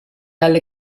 alle